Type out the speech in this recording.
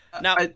Now